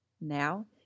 Now